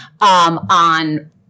on